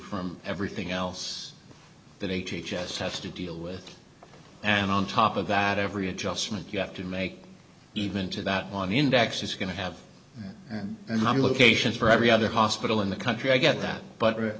from everything else that h h s have to deal with and on top of that every adjustment you have to make even to that long index is going to have a number locations for every other hospital in the country i get that but